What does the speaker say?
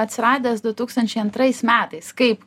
atsiradęs du tūkstančiai antrais metais kaip